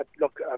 look